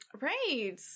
Right